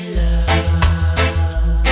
love